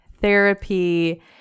therapy